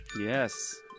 Yes